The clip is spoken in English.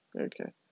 okay